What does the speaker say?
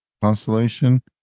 constellation